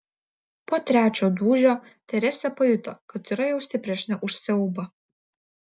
po trečio dūžio teresė pajuto kad yra jau stipresnė už siaubą